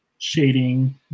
Shading